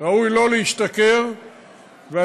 אנחנו ראינו רק לפני חודש את